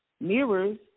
mirrors